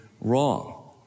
wrong